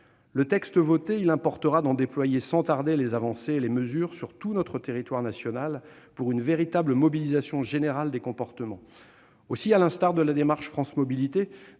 Le texte voté, il importera d'en déployer sans tarder les avancées et les mesures sur tout le territoire national, pour une véritable mobilisation générale des comportements. À cet égard, mettre en oeuvre, à l'instar de la démarche France Mobilités,